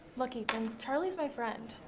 look ethan, charlies my friend.